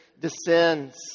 descends